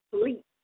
sleep